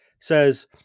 Says